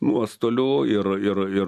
nuostolių ir ir ir